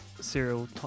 serial